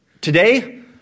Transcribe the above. today